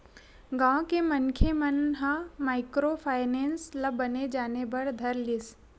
गाँव के मनखे मन ह माइक्रो फायनेंस ल बने जाने बर धर लिस